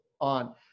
on